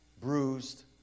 bruised